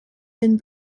been